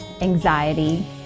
anxiety